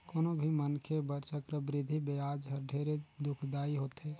कोनो भी मनखे बर चक्रबृद्धि बियाज हर ढेरे दुखदाई होथे